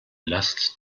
last